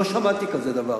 לא שמעתי כזה דבר.